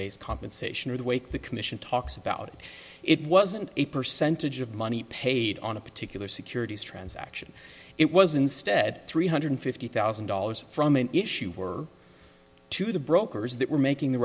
based compensation or the wake the commission talks about it wasn't a percentage of money paid on a particular securities transaction it was instead three hundred fifty thousand dollars from an issue or to the brokers that were making the